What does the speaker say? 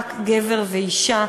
רק גבר ואישה,